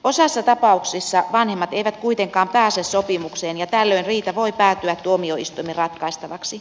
osassa tapauksista vanhemmat eivät kuitenkaan pääse sopimukseen ja tällöin riita voi päätyä tuomioistuimen ratkaistavaksi